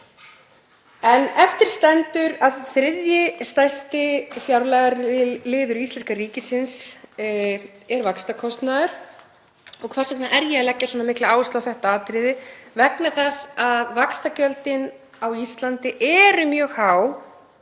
En eftir stendur að þriðji stærsti fjárlagaliður íslenska ríkisins er vaxtakostnaður. Hvers vegna er ég að leggja svona mikla áherslu á þetta atriði? Það er vegna þess að vaxtagjöldin á Íslandi eru mjög há